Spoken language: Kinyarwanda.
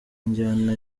njyana